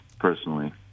personally